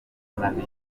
abari